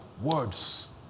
words